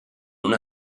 una